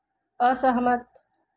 असहमत